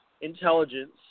intelligence